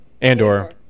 Andor